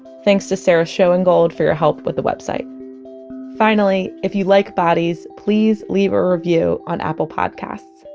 thanks to sarah schoengold for your help with the website finally, if you like bodies, please leave a review on apple podcasts.